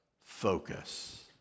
focus